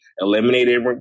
eliminated